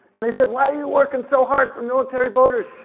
and they said, why are you workin' so hard for military voters,